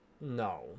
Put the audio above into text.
no